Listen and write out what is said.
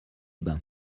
bains